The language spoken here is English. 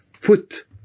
Put